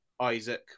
Isaac